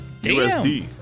USD